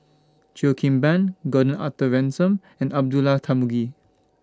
Cheo Kim Ban Gordon Arthur Ransome and Abdullah Tarmugi